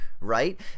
right